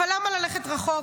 אבל למה ללכת רחוק,